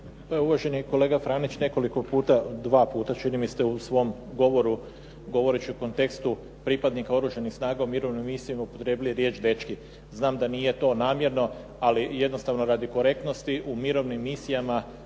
uvaženi kolega Franić, nekoliko ste puta, dva puta čini mi se u svom govoru, govoreći o kontekstu pripadnika Oružanih snaga u mirovnim misijama upotrijebili riječ dečki. Znam da nije to namjerno, ali jednostavno radi korektnosti, u mirovnim misijama